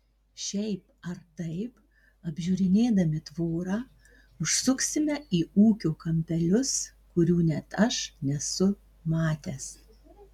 šiaip ar taip apžiūrinėdami tvorą užsuksime į ūkio kampelius kurių net aš nesu matęs